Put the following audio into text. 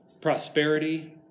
Prosperity